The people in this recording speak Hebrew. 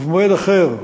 ובמועד אחד,